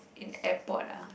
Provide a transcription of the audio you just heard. in Airport ah